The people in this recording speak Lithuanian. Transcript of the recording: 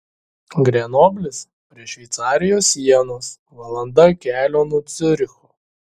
grenoblis prie šveicarijos sienos valanda kelio nuo ciuricho